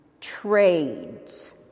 trades